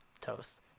toast